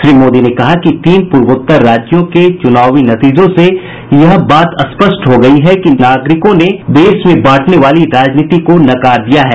श्री मोदी ने कहा कि तीन पूर्वोत्तर राज्यों के चुनावी नतीजों से यह बात स्पष्ट हो गया है कि नागरिकों ने देश में बांटने वाली राजनीति को नकार दिया है